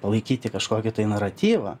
palaikyti kažkokį tai naratyvą